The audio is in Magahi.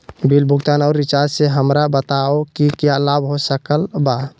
बिल भुगतान और रिचार्ज से हमरा बताओ कि क्या लाभ हो सकल बा?